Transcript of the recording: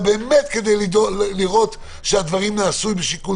באמת כדי לראות שהדברים נעשו בשיקול